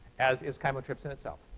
as is chymotrypsin itself.